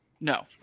No